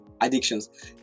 addictions